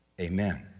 Amen